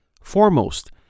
Foremost